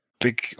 big